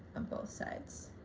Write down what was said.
um both sides.